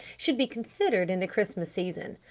should be considered in the christmas season.